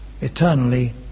eternally